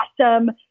awesome